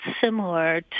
similar